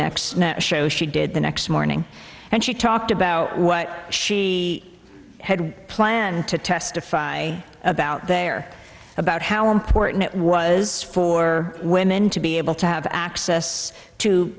next show she did the next morning and she talked about what she had planned to testify about there about how important it was for women to be able to have access to